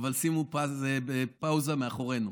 שימו פאוזה מאחורינו.